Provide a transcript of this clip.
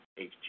HG